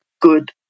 good